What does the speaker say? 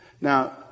Now